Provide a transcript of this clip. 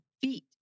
feet